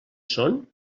són